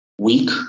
weak